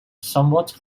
somewhat